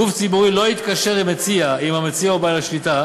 גוף ציבורי לא יתקשר עם מציע אם הוא או בעל השליטה